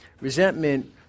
Resentment